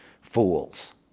fools